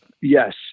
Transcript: yes